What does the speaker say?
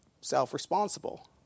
self-responsible